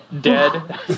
dead